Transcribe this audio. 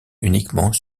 uniquement